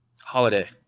Holiday